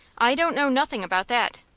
i don't know nothing about that.